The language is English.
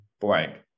blank